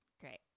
Great